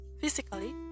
physically